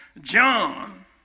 John